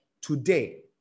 today